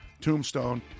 tombstone